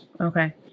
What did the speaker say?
Okay